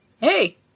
Hey